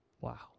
Wow